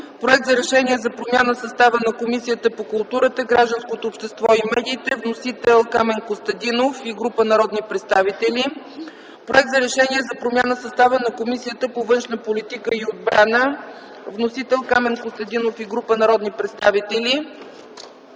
Проект за решение за промяна състава на Комисията по културата, гражданското общество и медиите. Вносител – Камен Костадинов и група народни представители; - Проект за решение за промяна състава на Комисията по външна политика и отбрана. Вносител – Камен Костадинов и група народни представители;